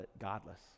godless